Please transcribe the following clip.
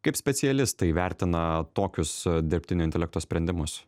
kaip specialistai vertina tokius dirbtinio intelekto sprendimus